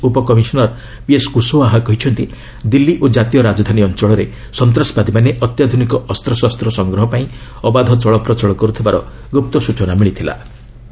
Delhi police ଉପକମିଶନର୍ PS Kushwaha କହିଛନ୍ତି ଦିଲ୍ଲୀ ଓ କାତୀୟ ରାଜଧାନୀ ଅଞ୍ଚଳରେ ସନ୍ତାସବାଦୀମାନେ ଅତ୍ୟାଧୁନିକ ଅସ୍ପଶସ୍ତ ସଂଗ୍ରହ ପାଇଁ ଅବାଧ ଚଳପ୍ରଚଳ କର୍ତ୍ତିବାର ଗ୍ରପ୍ତ ସ୍କଚନା ମିଳିଥିଲା